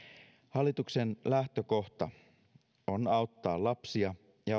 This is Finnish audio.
hallituksen lähtökohta on auttaa lapsia ja